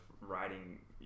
writing